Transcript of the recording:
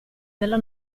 della